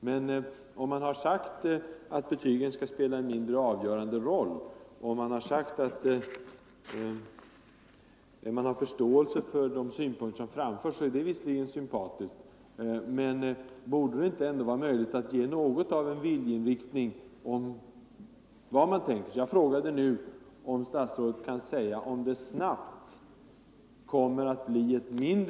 Om man nu har sagt att betygen skall spela en mindre avgörande Nr 126 roll och man vidare sagt att man har förståelse för synpunkter som fram Torsdagen den förts, så år det visserligen sympatiskt, men det borde ändå vara möjligt 21 november 1974 att visa något mer av en viljeinriktning om vad man tänker sig. Jag = frågade nu om statsrådet kan säga om det snabbt kommer att bli ett — Ang.